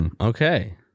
Okay